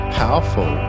powerful